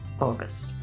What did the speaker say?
August